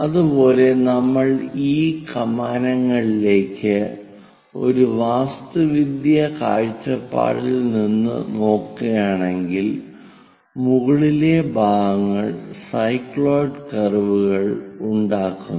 അതുപോലെ നമ്മൾ ഈ കമാനങ്ങളിലേക്ക് ഒരു വാസ്തുവിദ്യാ കാഴ്ചപ്പാടിൽ നിന്ന് നോക്കുകയാണെങ്കിൽ മുകളിലെ ഭാഗങ്ങൾ സൈക്ലോയിഡ് കർവുകൾ ഉണ്ടാക്കുന്നു